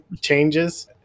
changes